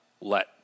let